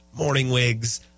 Morningwigs